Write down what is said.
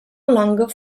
longer